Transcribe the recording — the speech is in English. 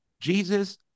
Jesus